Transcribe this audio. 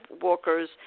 walkers